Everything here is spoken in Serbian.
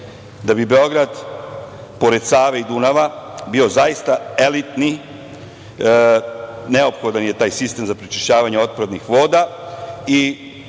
da bi Beograd, pored Save i Dunava, bio zaista elitni, neophodan je taj sistem za prečišćavanje otpadnih voda